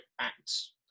acts